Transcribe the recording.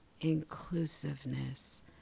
inclusiveness